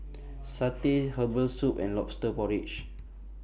Satay Herbal Soup and Lobster Porridge